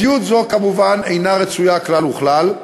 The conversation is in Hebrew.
מציאות זו כמובן אינה רצויה כלל וכלל,